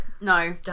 No